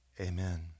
Amen